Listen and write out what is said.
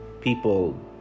people